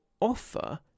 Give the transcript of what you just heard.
offer